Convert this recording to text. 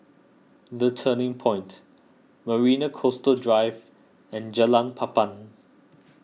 the Turning Point Marina Coastal Drive and Jalan Papan